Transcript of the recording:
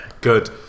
Good